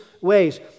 ways